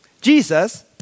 Jesus